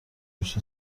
پشت